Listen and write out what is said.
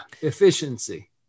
Efficiency